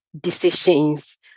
decisions